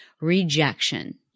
rejection